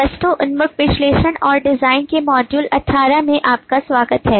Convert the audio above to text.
वस्तु उन्मुख विश्लेषण और डिजाइन के मॉड्यूल 18 में आपका स्वागत है